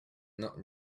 not